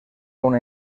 una